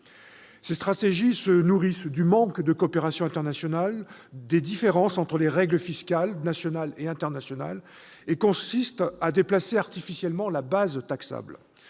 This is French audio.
Ces stratégies se nourrissent du manque de coopération internationale et des différences entre les règles fiscales nationales et internationales, elles consistent à déplacer artificiellement la base taxable.